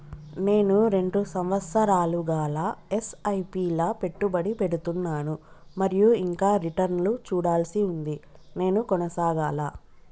నేను రెండు సంవత్సరాలుగా ల ఎస్.ఐ.పి లా పెట్టుబడి పెడుతున్నాను మరియు ఇంకా రిటర్న్ లు చూడాల్సి ఉంది నేను కొనసాగాలా?